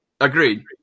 Agreed